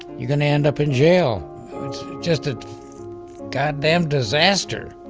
you're going to end up in jail. it's just a goddamn disaster,